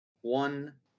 one